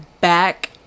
back